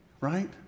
right